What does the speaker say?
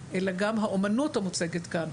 אלא גם האומנות המוצגת כאן.